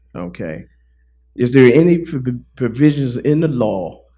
ok is there any provisions in the law,